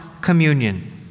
communion